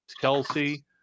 Kelsey